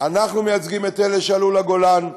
אנחנו מייצגים את אלה שעלו לגולן,